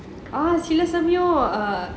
சில சமயம்:sila samayam